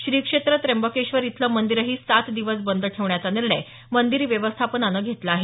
श्री क्षेत्र त्यंबकेश्वर इथलं मंदिरही सात दिवस बंद ठेवण्याचा निर्णय मंदिर व्यवस्थापनानं घेतला आहे